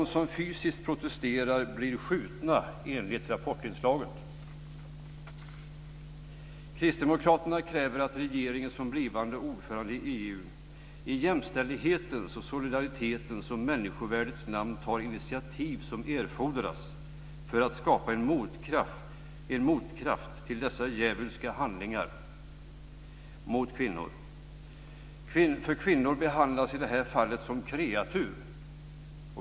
De som fysiskt protesterar blir, enligt Kristdemokraterna kräver att regeringen, som blivande ordförande i EU, i jämställdhetens, solidaritetens och människovärdets namn tar de initiativ som erfordras för att skapa en motkraft till dessa djävulska handlingar mot kvinnor. Kvinnor behandlas i det här fallet som kreatur!